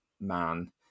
man